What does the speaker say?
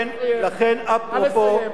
נא לסיים.